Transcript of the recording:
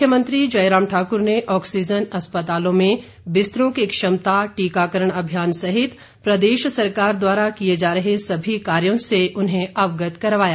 मुख्यमंत्री जयराम ठाक्र ने ऑक्सीजन अस्पतालों में बिस्तरों की क्षमता टीकाकरण अभियान सहित प्रदेश सरकार द्वारा किए जा रहे सभी कार्यो से उन्हें अवगत करवाया